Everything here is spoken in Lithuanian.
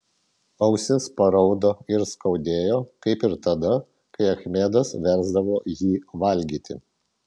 ausis paraudo ir skaudėjo kaip ir tada kai achmedas versdavo jį valgyti